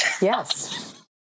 Yes